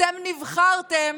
אתם נבחרתם